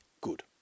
Good